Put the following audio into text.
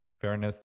fairness